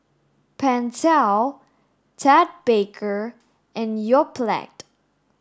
Pentel Ted Baker and Yoplait